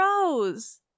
Rose